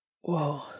Whoa